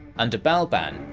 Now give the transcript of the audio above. under balban,